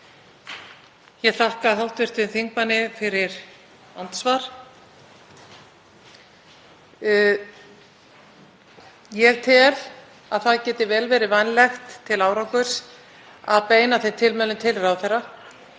Ég þakka hv. þingmanni fyrir andsvar. Ég tel að það geti vel verið vænlegt til árangurs að beina þeim tilmælum til ráðherra.